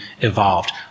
evolved